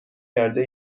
کرده